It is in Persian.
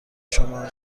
شما